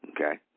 Okay